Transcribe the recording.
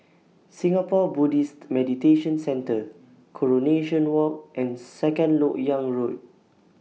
Singapore Buddhist Meditation Centre Coronation Walk and Second Lok Yang Road